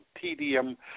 tedium